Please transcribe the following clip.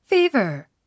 Fever